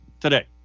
today